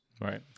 Right